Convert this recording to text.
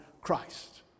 Christ